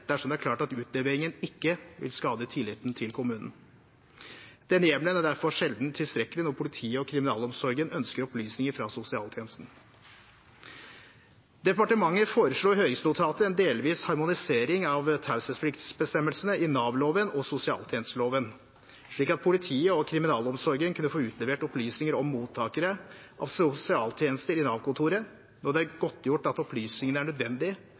dersom det er klart at utleveringen ikke vil skade tilliten til kommunen. Denne hjemmelen er derfor sjelden tilstrekkelig når politiet og kriminalomsorgen ønsker opplysninger fra sosialtjenesten. Departementet foreslo i høringsnotatet en delvis harmonisering av taushetspliktsbestemmelsene i Nav-loven og sosialtjenesteloven, slik at politiet og kriminalomsorgen kunne få utlevert opplysninger om mottakere av sosialtjenester i Nav-kontoret når det er godtgjort at opplysningene er